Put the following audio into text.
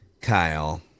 Kyle